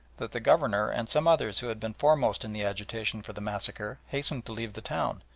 that the governor and some others who had been foremost in the agitation for the massacre hastened to leave the town,